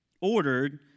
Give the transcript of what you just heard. ordered